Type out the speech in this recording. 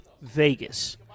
Vegas